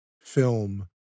film